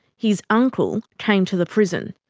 his uncle came to the prison.